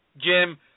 Jim